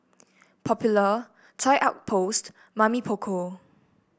Popular Toy Outpost Mamy Poko